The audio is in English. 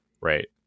Right